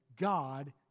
God